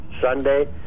Sunday